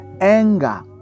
Anger